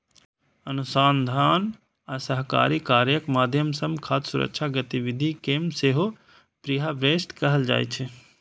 अनुसंधान आ सहकारी कार्यक माध्यम सं खाद्य सुरक्षा गतिविधि कें सेहो प्रीहार्वेस्ट कहल जाइ छै